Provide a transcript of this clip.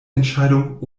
entscheidung